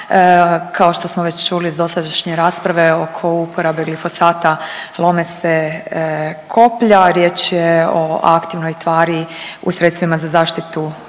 Kao što smo već čuli iz dosadašnje rasprave oko uporabe glifosata lome se koplja. Riječ je o aktivnoj tvari u sredstvima za zaštitu bilja.